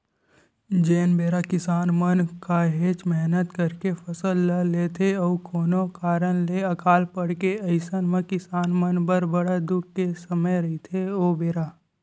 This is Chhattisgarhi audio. जेन बेरा किसान मन काहेच मेहनत करके फसल ल लेथे अउ कोनो कारन ले अकाल पड़गे अइसन म किसान मन बर बड़ दुख के समे रहिथे ओ बेरा